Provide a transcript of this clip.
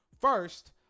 First